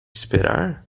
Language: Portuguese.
esperar